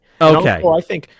Okay